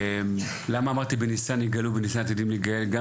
למה אמרתי ״בניסן נגאלו ובניסן עתידים להיגאל?״